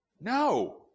No